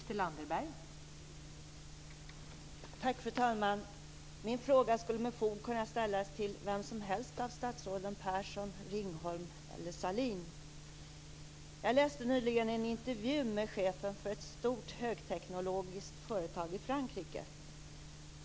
Fru talman! Min fråga skulle med fog kunna ställas till vem som helst av statsråden Persson, Ringholm eller Sahlin. Jag läste nyligen en intervju med chefen för ett stort högteknologiskt företag i Frankrike.